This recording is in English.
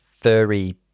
furry